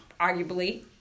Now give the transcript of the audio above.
arguably